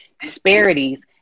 disparities